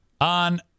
on